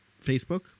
Facebook